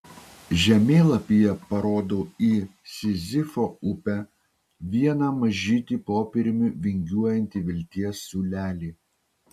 žemėlapyje parodau į sizifo upę vieną mažytį popieriumi vingiuojantį vilties siūlelį